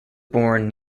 born